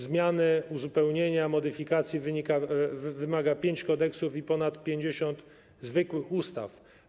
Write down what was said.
Zmiany, uzupełnienia, modyfikacji wymaga pięć kodeksów i ponad 50 zwykłych ustaw.